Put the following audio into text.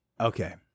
Okay